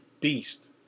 beast